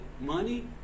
money